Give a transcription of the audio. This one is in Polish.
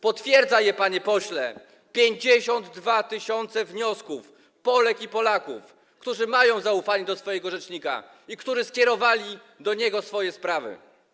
Potwierdza je, panie pośle, 52 tys. wniosków Polek i Polaków, którzy mają zaufanie do swojego rzecznika i którzy skierowali do niego swoje sprawy.